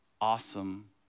awesome